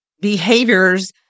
behaviors